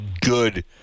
good